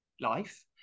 life